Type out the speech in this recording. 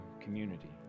community